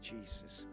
Jesus